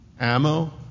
Ammo